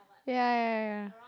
ya ya ya ya